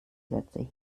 sätze